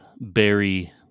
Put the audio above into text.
berry